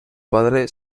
padre